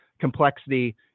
complexity